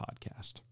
podcast